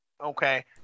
okay